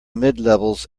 midlevels